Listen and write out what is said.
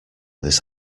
this